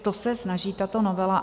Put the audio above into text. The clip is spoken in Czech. O to se snaží tato novela.